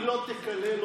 לא תקלל.